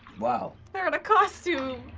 wow. they're in a costume.